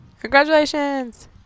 Congratulations